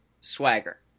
swagger